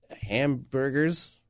hamburgers